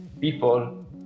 people